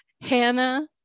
Hannah